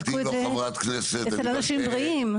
בדקו את זה אצל אלה שהם בריאים.